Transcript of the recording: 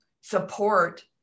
support